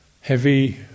heavy